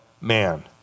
man